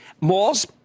Malls